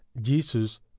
jesus